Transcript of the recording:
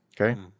Okay